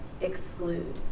exclude